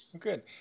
Good